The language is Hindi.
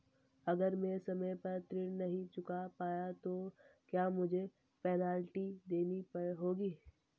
अगर मैं समय पर ऋण नहीं चुका पाया तो क्या मुझे पेनल्टी देनी होगी?